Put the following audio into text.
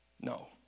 No